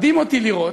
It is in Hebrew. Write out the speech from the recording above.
מדהים אותי לראות,